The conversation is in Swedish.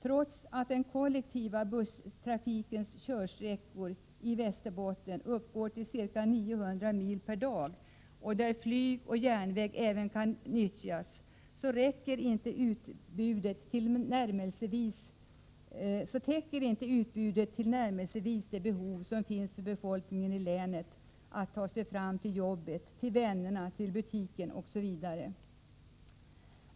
Trots att den kollektiva busstrafikens körsträckor i Västerbotten uppgår till ca 900 mil per dag och att även flyg och järnväg kan nyttjas, täcker inte utbudet tillnärmelsevis det behov som befolkningen i länet har för att ta sig till jobbet, vännerna, butiken osv.